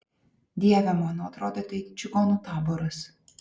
dieve mano atrodote it čigonų taboras